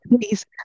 Please